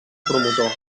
promotor